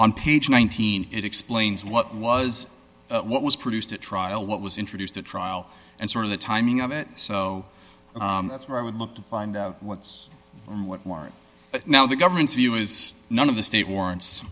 on page nineteen it explains what was what was produced at trial what was introduced at trial and sort of the timing of it so that's where i would look to find out what's now the government's view is none of the state warrants